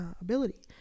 ability